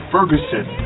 Ferguson